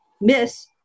Miss